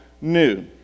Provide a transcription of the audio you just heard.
new